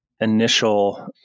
initial